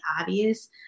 obvious